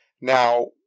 Now